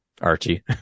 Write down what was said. Archie